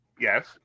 Yes